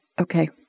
Okay